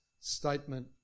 statement